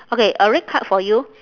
okay a red card for you